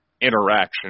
interaction